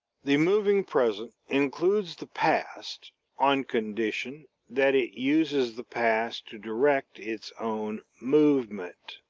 the moving present includes the past on condition that it uses the past to direct its own movement.